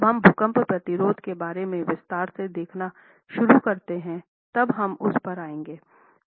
जब हम भूकंप प्रतिरोध के बारे में विस्तार से देखना शुरू करते हैं तब हम उस पर आएंगे